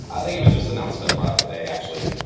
ah they even just announced their product today actually.